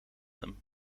hem